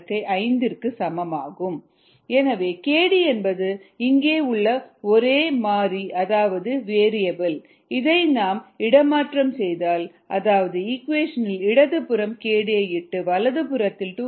303kd log10 எனவே kd என்பது இங்கே உள்ள ஒரே மாறி அதாவது வேறியபில் இதை நாம் இடமாற்றம் செய்தால் அதாவது ஈக்குவேஷனின் இடதுபுறம் kd ஐ இட்டு வலதுபுறத்தில் 2